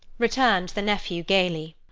returned the nephew gaily.